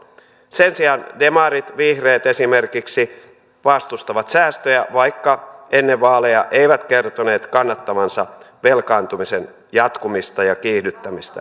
sen sijaan demarit vihreät esimerkiksi vastustavat säästöjä vaikka ennen vaaleja eivät kertoneet kannattavansa velkaantumisen jatkumista ja kiihdyttämistä